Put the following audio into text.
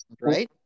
right